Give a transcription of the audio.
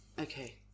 Okay